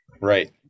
Right